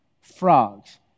frogs